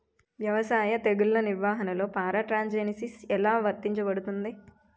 వ్యవసాయ తెగుళ్ల నిర్వహణలో పారాట్రాన్స్జెనిసిస్ఎ లా వర్తించబడుతుంది?